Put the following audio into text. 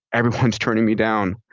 everyone's turning me down.